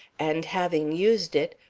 and having used it,